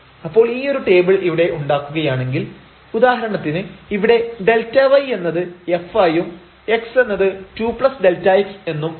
അപ്പോൾ ഈയൊരു ടേബിൾ ഇവിടെ ഉണ്ടാക്കുകയാണെങ്കിൽ ഉദാഹരണത്തിന് ഇവിടെ Δy എന്നത് f ആയും x എന്നത് 2Δx എന്നും ആവും